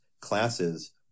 classes